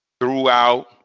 throughout